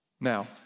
Now